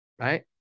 Right